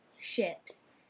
ships